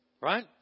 Right